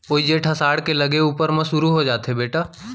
वोइ जेठ असाढ़ के लगे ऊपर म सुरू हो जाथे बेटा